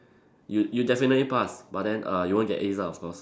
you you definitely pass but then uh you won't get As ah of course